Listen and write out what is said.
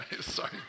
sorry